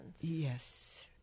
Yes